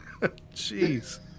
Jeez